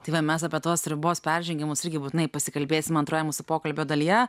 tai va mes apie tos ribos peržengiamus irgi būtinai pasikalbėsim antroje mūsų pokalbio dalyje